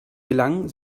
gelangen